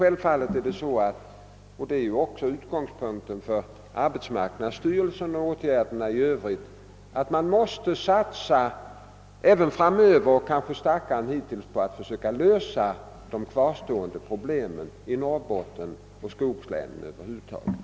Självfallet måste man — det är också utgångspunkten för de åtgärder som arbetsmarknadsstyrelsen och andra vidtar — satsa även framöver, kanske star kare än hittills, på att försöka lösa de kvarstående problemen i Norrbotten och i skogslänen över huvud taget.